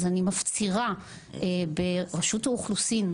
אז אני מפצירה ברשות האוכלוסין,